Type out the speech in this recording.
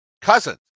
cousin